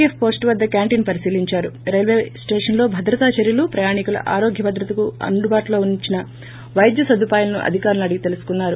విఫ్ post వద్ద canteen పరిశీలించి railway station లో భద్రతా చర్యలు ప్రయాణీకుల ఆరోగ్యభద్రతకు అందుబాటులో వుంచిస వైద్యసదుపాయాలను అధికారులను అడిగి తెలుసుకున్నారు